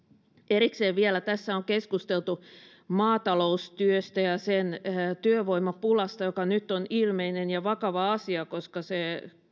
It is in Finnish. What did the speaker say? erikseen vielä tässä on keskusteltu maataloustyöstä ja sen työvoimapulasta joka nyt on ilmeinen ja vakava asia koska se